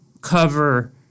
cover